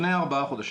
לפני ארבעה חודשים.